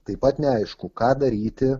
taip pat neaišku ką daryti